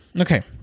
okay